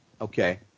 Okay